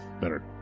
better